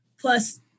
plus